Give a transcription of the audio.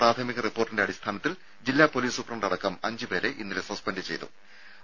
പ്രാഥമിക റിപ്പോർട്ടിന്റെ അടിസ്ഥാനത്തിൽ ജില്ലാ പൊലീസ് സൂപ്രണ്ട് അടക്കം അഞ്ച് പേരെ ഇന്നലെ സസ്പെൻഡ് ചെയ്തിരുന്നു